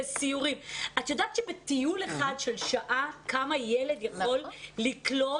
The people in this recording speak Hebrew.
את יודעת שבטיול אחד של שעה, כמה ילד יכול לקלוט?